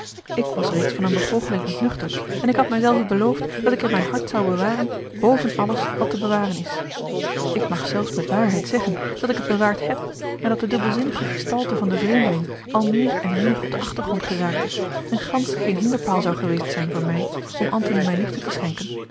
ik was reeds van eene begoocheling ontnuchterd en ik had mij zelve beloofd dat ik mijn hart zou bewaren boven alles wat te bewaren is ik mag zelfs met waarheid zeggen dat ik het bewaard heb en dat de dubbelzinnige gestalte van den vreemdeling al meer en meer op den achtergrond geraakte en gansch geen hinderpaal zou geweest zijn voor mij om antony mijne liefde te schenken